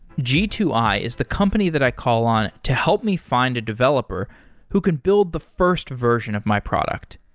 g two i is the company that i call on to help me find a developer who can build the first version of my product.